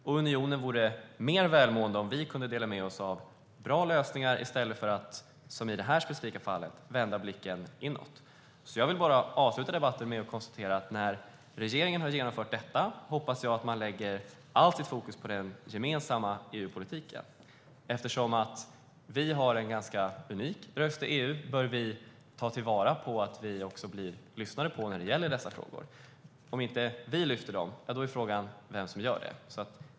Och unionen vore mer välmående om vi kunde dela med oss av bra lösningar i stället för att som i det här specifika fallet vända blicken inåt. Jag vill avsluta debatten med att säga att jag hoppas att regeringen när man har genomfört detta lägger allt sitt fokus på den gemensamma EU-politiken. Eftersom vi har en ganska unik röst i EU bör vi ta till vara att man lyssnar på oss när det gäller dessa frågor. Om inte vi lyfter upp dem är frågan vem som gör det.